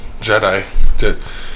Jedi